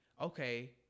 Okay